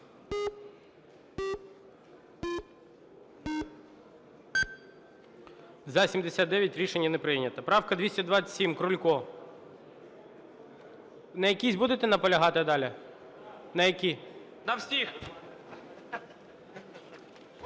За-79 Рішення не прийнято. Правка 227. Крулько. На якійсь будете наполягати далі? На якій? 11:02:39